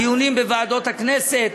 דיונים בוועדות הכנסת,